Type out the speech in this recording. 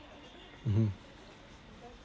mmhmm